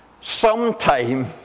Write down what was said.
sometime